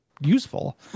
useful